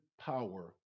power